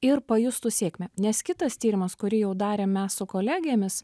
ir pajustų sėkmę nes kitas tyrimas kurį jau darėm mes su kolegėmis